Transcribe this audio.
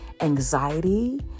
anxiety